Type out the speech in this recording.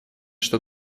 что